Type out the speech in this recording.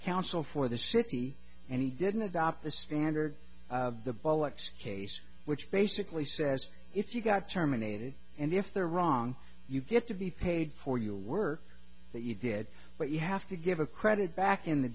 counsel for the city and he didn't adopt the standard the bollix case which basically says if you got terminated and if they're wrong you get to be paid for your work that you did but you have to give a credit back in the